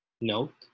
Note